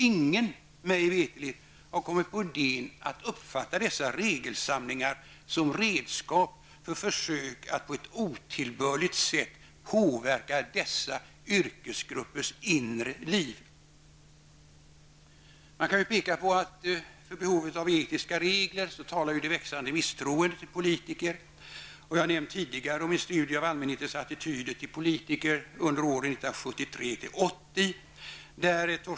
Ingen, mig veterligt, har kommit på idén att uppfatta dessa regelsamlingar som redskap för försök att på ett otillbörligt sätt påverka dessa yrkesgruppers inre liv. Man kan peka på att för behovet av etiska regler talar det växande misstroendet till politiker. Jag har tidigare nämnt en studie om allmänhetens attityder till politiker under åren 1973--1980.